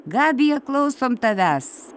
gabija klausom tavęs